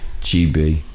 GB